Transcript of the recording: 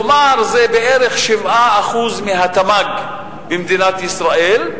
כלומר זה בערך 7% מהתמ"ג במדינת ישראל,